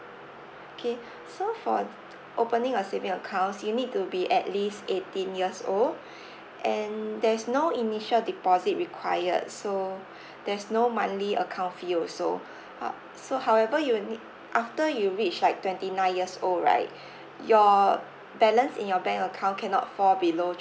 okay so for t~ t~ opening a saving accounts you need to be at least eighteen years old and there's no initial deposit required so there's no monthly account fee also ha~ so however you need after you reach like twenty nine years old right your balance in your bank account cannot fall below